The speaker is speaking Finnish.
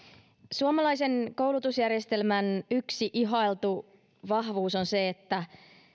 suomalaisen koulutusjärjestelmän yksi ihailtu vahvuus on se että